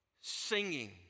Singing